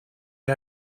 you